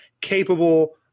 capable